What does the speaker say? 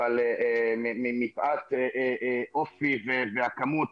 אבל מפאת אופי והכמות